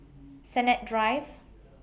Sennett Drive